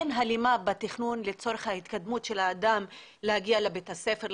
אין הלימה בתכנון לצורך ההתקדמות של האדם להגיע לבית הספר,